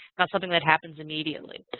not something that happens immediately.